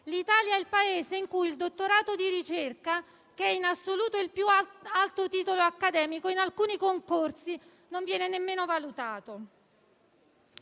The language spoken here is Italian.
L'Italia è il Paese in cui il dottorato di ricerca, che è in assoluto il più alto titolo accademico, in alcuni concorsi non viene nemmeno valutato.